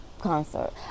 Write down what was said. concert